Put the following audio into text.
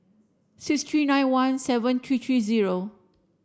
six three nine one seven three three zero